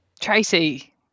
Tracy